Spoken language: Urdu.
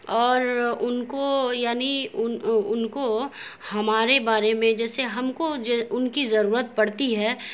اور ان کو یعنی ان کو ہمارے بارے میں جیسے ہم کو ان کی ضرورت پڑتی ہے